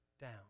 down